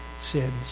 sins